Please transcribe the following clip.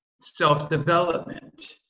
self-development